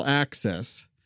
access